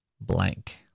Blank